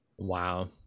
Wow